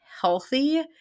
healthy